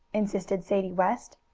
insisted sadie west.